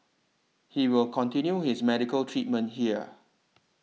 he will continue his medical treatment here